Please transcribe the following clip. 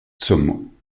zum